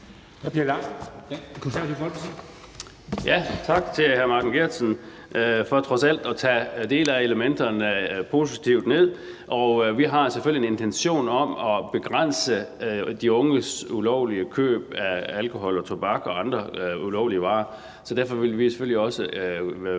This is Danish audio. Tak til hr. Martin Geertsen for trods alt at tage en del af elementerne positivt ned. Vi har selvfølgelig en intention om at begrænse de unges ulovlige køb af alkohol, tobak og andre varer, der er ulovlige for dem, så derfor vil vi selvfølgelig også